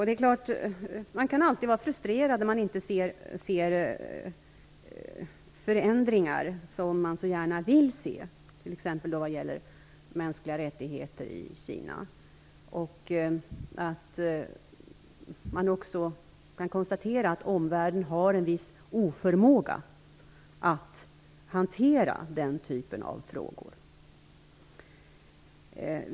Det är klart att man blir frustrerad om man inte ser de förändringar som man så gärna vill se, t.ex. när det gäller mänskliga rättigheter i Kina. Omvärlden har en viss oförmåga att hantera den typen av frågor.